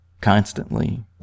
constantly